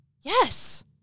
Yes